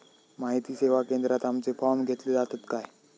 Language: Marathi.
माहिती सेवा केंद्रात आमचे फॉर्म घेतले जातात काय?